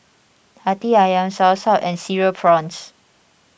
Hati Ayam Soursop and Cereal Prawns